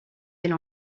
elle